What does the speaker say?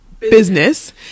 Business